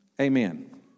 Amen